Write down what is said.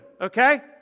okay